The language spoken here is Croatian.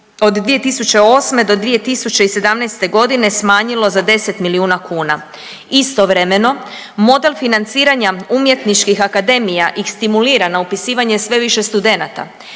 od 2008. do 2017.g. smanjilo za 10 milijuna kuna, istovremeno model financiranja umjetničkih akademija i stimulirano upisivanje sve više studenata